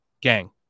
gang